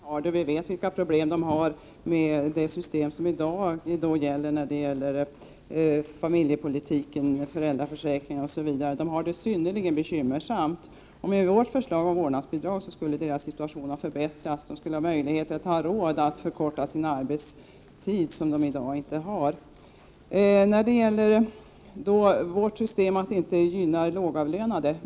Herr talman! Margareta Winberg undrar om vi vet någonting om hur en familj ser ut. Jag vill påstå att det gör vi i allra högsta grad. Vi vet vilka problem familjerna har med det system som i dag gäller i fråga om familjepolitiken, föräldraförsäkringen osv. De har det synnerligen bekymmersamt. Om vårt förslag om vårdnadsbidrag genomfördes skulle deras situation förbättras. De skulle ha råd att förkorta sin arbetstid, vilket de i dag inte har. Margareta Winberg säger att vårt system inte gynnar lågavlönade.